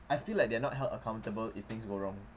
I feel like they're not held accountable if things go wrong